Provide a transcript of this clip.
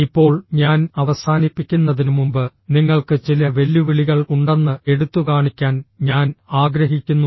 ഇപ്പോൾ ഞാൻ അവസാനിപ്പിക്കുന്നതിനുമുമ്പ് നിങ്ങൾക്ക് ചില വെല്ലുവിളികൾ ഉണ്ടെന്ന് എടുത്തുകാണിക്കാൻ ഞാൻ ആഗ്രഹിക്കുന്നു